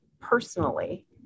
personally